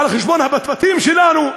על חשבון הבתים שלנו.